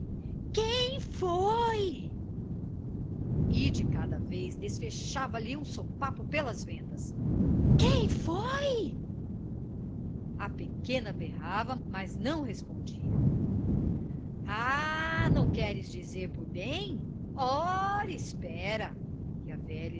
foi e de cada vez desfechava lhe um sopapo pelas ventas quem foi a pequena berrava mas não respondia ah não queres dizer por bem ora espera e a velha